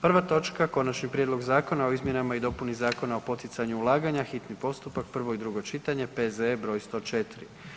Prva točka: - Konačni prijedlog zakona o izmjenama i dopuni Zakona o poticanju ulaganja, hitni postupak, prvo i drugo čitanje, P.Z.E. br.104.